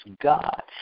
God